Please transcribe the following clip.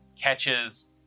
catches